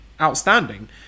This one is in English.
outstanding